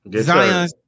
Zion